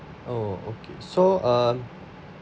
oh okay so um